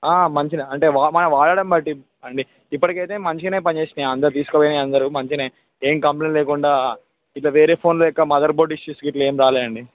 మంచిదే అంటే మనం వాడడం బట్టి అండి ఇప్పటికయితే మంచిగనే పనిచేసినాయి అందరూ తీసుకుపోయిన అందరూ ఏం కంప్లైంట్ లేకుండా ఇట్లా వేరే ఫోన్ల లెక్క మదర్ బోర్డ్ ఇష్యూస్ ఇట్లా ఏం రాలేదండి